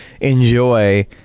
enjoy